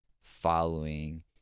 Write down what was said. following